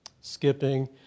skipping